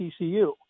TCU